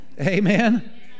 Amen